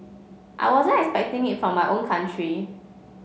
I wasn't expecting it from my own country